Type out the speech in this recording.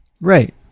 Right